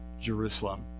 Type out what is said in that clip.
Jerusalem